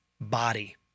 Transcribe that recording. body